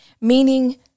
Meaning